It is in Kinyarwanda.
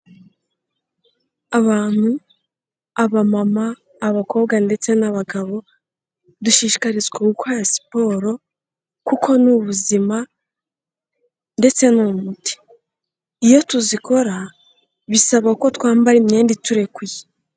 Abantu, aba mama, abakobwa ndetse n'abagabo, dushishikarizwa gukora siporo, kuko ni ubuzima, ndetse ni umuti. Iyo tuzikora, bisaba ko twambara imyenda iturekuye.